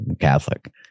Catholic